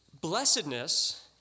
Blessedness